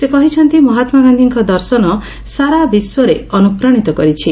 ସେ କହିଛନ୍ତି ମହାତ୍ମାଗାନ୍ଧିଙ୍କ ଦର୍ଶନ ସାରା ବିଶ୍ୱରେ ଅନୁପ୍ରାଣିତ କରିଛି